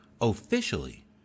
officially